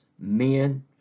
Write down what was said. men